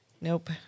Nope